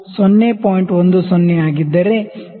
10 ಆಗಿದ್ದರೆ ಈ 50